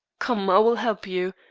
come, i will help you.